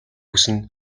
хүснэ